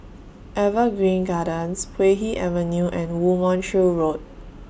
Evergreen Gardens Puay Hee Avenue and Woo Mon Chew Road